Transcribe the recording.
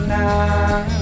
now